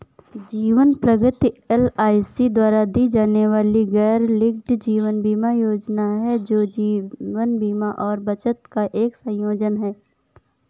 जीवन प्रगति एल.आई.सी द्वारा दी जाने वाली गैरलिंक्ड जीवन बीमा योजना है, जो जीवन बीमा और बचत का एक संयोजन है